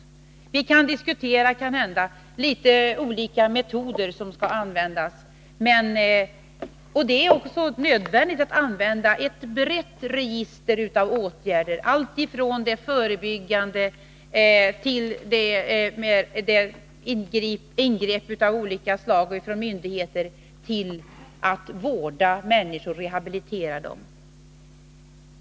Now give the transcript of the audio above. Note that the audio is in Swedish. Kanhända kan vi diskutera litet olika metoder att sätta in. Det är också nödvändigt att använda ett brett register av åtgärder alltifrån förebyggande åtgärder till olika slag av ingrepp från myndigheter för att vårda och rehabilitera människor.